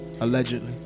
Allegedly